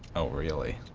oh really?